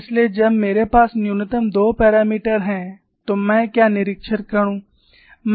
इसलिए जब मेरे पास न्यूनतम 2 मापदण्ड हैं तो मैं क्या निरीक्षण करूं